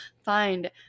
Find